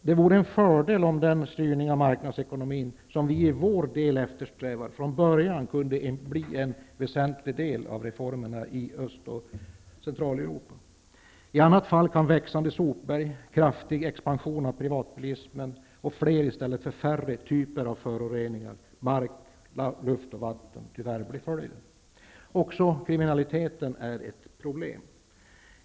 Det vore en fördel om den styrning av marknadsekonomin som vi i vår del av världen eftersträvar, från början kunde bli en väsentlig del av reformerna i Öst och Centraleuropa. I annat fall kan växande sopberg, kraftig expansion av privatbilismen och fler i stället för färre typer av föroreningar av mark, luft och vatten bli följden. Också kriminaliteten är ett problem.